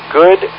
good